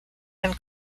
and